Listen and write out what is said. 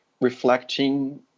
reflecting